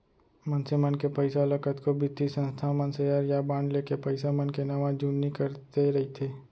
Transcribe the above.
मनसे मन के पइसा ल कतको बित्तीय संस्था मन सेयर या बांड लेके पइसा मन के नवा जुन्नी करते रइथे